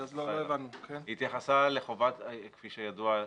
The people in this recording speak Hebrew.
היא התייחסה כפי שידוע,